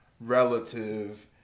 relative